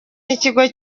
n’ikigo